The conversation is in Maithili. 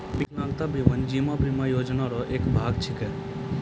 बिकलांगता बीमा जीवन बीमा योजना रो एक भाग छिकै